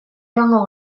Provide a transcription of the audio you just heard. joango